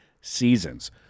seasons